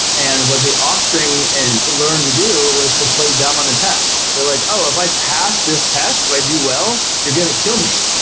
and what the offspring and learned to do was to play dumb on a test. they're like, oh! if i pass this test, if i do well, you're going to kill me.